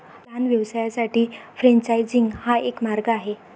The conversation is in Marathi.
लहान व्यवसायांसाठी फ्रेंचायझिंग हा एक मार्ग आहे